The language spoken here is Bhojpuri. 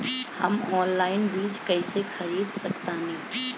हम ऑनलाइन बीज कईसे खरीद सकतानी?